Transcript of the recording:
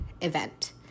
event